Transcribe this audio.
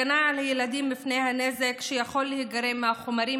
הגנה על ילדים מפני הנזק שיכול להיגרם מהחומרים